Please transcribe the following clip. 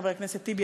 חבר הכנסת טיבי,